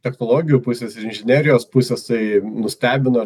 technologijų pusės inžinerijos pusės tai nustebino